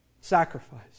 Sacrifice